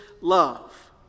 love